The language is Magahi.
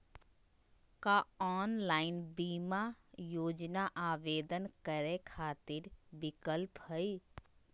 का ऑनलाइन बीमा योजना आवेदन करै खातिर विक्लप हई?